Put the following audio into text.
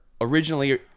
originally